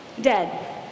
dead